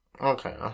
Okay